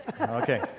Okay